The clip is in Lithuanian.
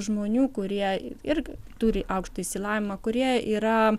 žmonių kurie ir turi aukštą išsilavinimą kurie yra